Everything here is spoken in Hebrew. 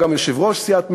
גם יושב-ראש סיעת מרצ,